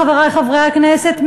חברי חברי הכנסת,